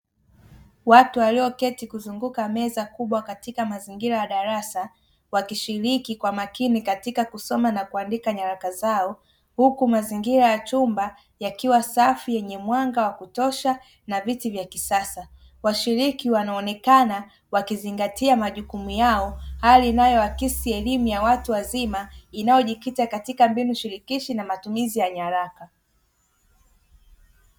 Watu walioketi kuzunguka meza kubwa katika mazingira ya darasa, wakishiriki kwa makini katika kusoma na kuandika nyaraka zao. Huku mazingira ya chumba yakiwa safi yenye mwanga wa kutosha na viti vya kisasa. Washiriki wanaonekana wakizingatia majukumu yao, hali inayoakisi elimu ya watu wazima, inayojikita katika mbinu shirikishi na matumizi ya nyaraka.